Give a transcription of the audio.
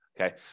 Okay